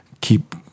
keep